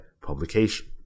publication